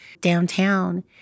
downtown